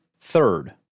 third